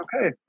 Okay